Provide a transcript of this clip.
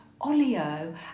Olio